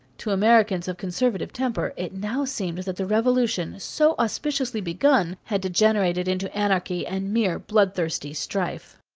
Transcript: to americans of conservative temper it now seemed that the revolution, so auspiciously begun, had degenerated into anarchy and mere bloodthirsty strife.